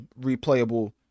replayable